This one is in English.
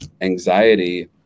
anxiety